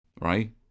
Right